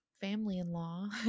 family-in-law